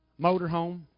Motorhome